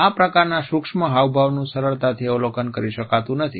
આ પ્રકારના સૂક્ષ્મ હાવભાવનું સરળતાથી અવલોકન કરી શકતું નથી